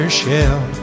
shell